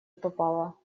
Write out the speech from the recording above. попало